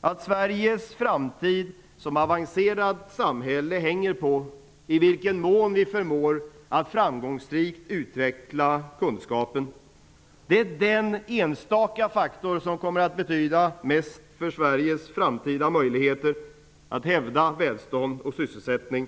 att Sveriges framtid som avancerat samhälle hänger på i vilken mån vi förmår att framgångsrikt utveckla kunskapen. Det är den enstaka faktor som kommer att betyda mest för Sveriges framtida möjligheter att hävda välstånd och sysselsättning.